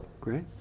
Great